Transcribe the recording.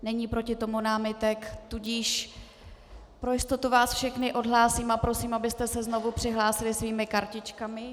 Není proti tomu námitek, tudíž pro jistotu vás všechny odhlásím a prosím, abyste se znovu přihlásili svými kartičkami.